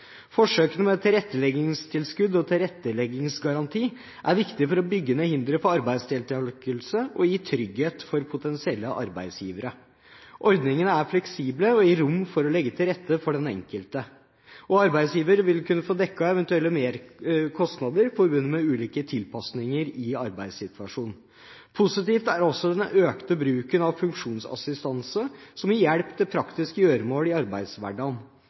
Forsøkene med tilretteleggingstilskudd og tilretteleggingsgaranti er viktig for å bygge ned hindre for arbeidsdeltakelse og gi trygghet for potensielle arbeidsgivere. Ordningene er fleksible og gir rom for å legge til rette for den enkelte, og arbeidsgiver vil kunne få dekket eventuelle kostnader forbundet med ulike tilpasninger i arbeidssituasjonen. Positivt er også den økte bruken av funksjonsassistanse som gir hjelp til praktiske gjøremål i arbeidshverdagen.